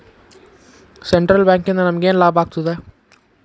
Central ಬ್ಯಾಂಕಿಂದ ನಮಗೇನ್ ಲಾಭಾಗ್ತದ?